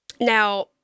Now